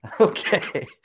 Okay